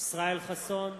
ישראל חסון,